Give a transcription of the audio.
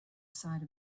side